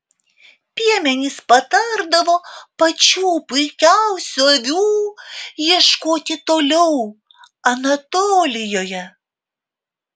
piemenys patardavo pačių puikiausių avių ieškoti toliau anatolijoje